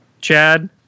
Chad